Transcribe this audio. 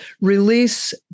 release